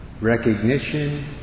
recognition